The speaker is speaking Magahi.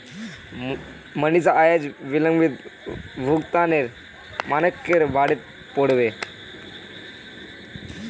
मनीषा अयेज विलंबित भुगतानेर मनाक्केर बारेत पढ़बे